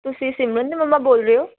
ਤੁਸੀਂ ਸਿਮਰਨ ਦੀ ਮੰਮਾ ਬੋਲ ਰਹੇ ਹੋ